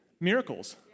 Miracles